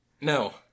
No